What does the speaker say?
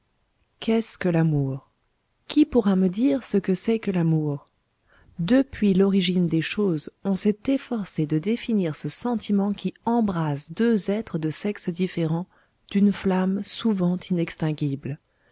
qu'est-ce que l'amour qui pourra me dire ce que c'est que l'amour depuis l'origine des choses on s'est efforcé de définir ce sentiment qui embrase deux êtres de sexes différents d'une flamme souvent inextinguible